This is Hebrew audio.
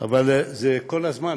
זה כל הזמן,